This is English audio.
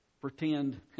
Pretend